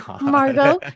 Margot